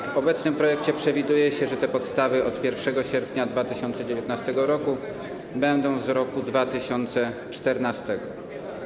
W obecnym projekcie przewiduje się, że te podstawy od 1 sierpnia 2019 r. będą z roku 2014.